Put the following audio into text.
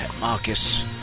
Marcus